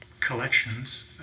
collections